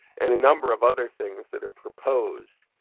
and a number of other things that are proposed.